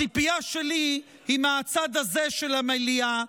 הציפייה שלי היא מהצד הזה של המליאה,